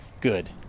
Good